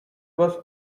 was